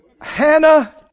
Hannah